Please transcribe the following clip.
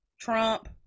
Trump